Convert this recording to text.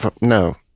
no